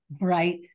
right